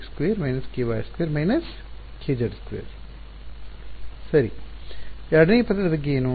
ವಿದ್ಯಾರ್ಥಿ − kx2 − ky2 − kz2 − kx2 − ky2 − kz2 ಸರಿ ಎರಡನೇ ಪದದ ಬಗ್ಗೆ ಏನು